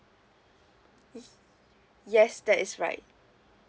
yes that is right